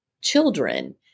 children